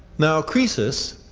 now, croesus